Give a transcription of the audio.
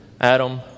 Adam